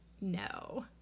no